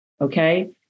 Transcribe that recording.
Okay